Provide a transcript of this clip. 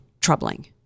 troubling